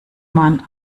man